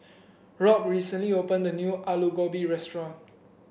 Rob recently opened a new Alu Gobi restaurant